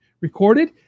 recorded